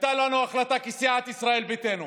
הייתה לנו החלטה כסיעת ישראל ביתנו